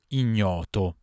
ignoto